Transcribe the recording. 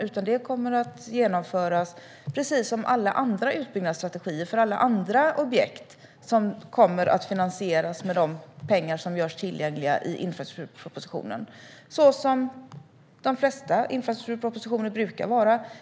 Precis som är fallet med alla andra utbyggnadsstrategier för alla andra objekt kommer detta att genomföras och finansieras med de pengar som görs tillgängliga i infrastrukturpropositionen. Så brukar det vara med de flesta infrastrukturpropositioner.